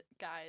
guys